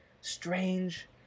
strange